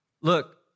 Look